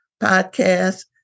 podcast